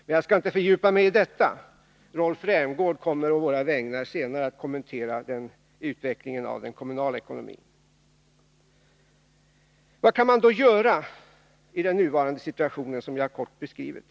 Men jag skall inte fördjupa mig i det; Rolf Rämgård kommer senare att å våra vägnar kommentera utvecklingen av den kommunala ekonomin. Vad kan man då göra i den nuvarande situationen, som jag nu kort beskrivit?